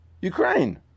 Ukraine